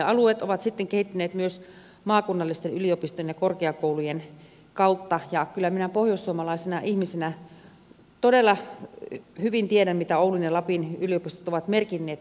alueet ovat sitten kehittyneet myös maakunnallisten yliopistojen ja korkeakoulujen kautta ja kyllä minä pohjoissuomalaisena ihmisenä todella hyvin tiedän mitä oulun ja lapin yliopistot ovat merkinneet alueellemme